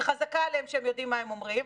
שחזקה עליהם שהם יודעים מה הם אומרים,